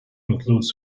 includes